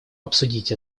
обсудить